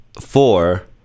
four